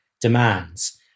demands